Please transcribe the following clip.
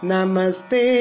Namaste